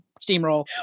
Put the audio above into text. steamroll